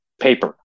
paper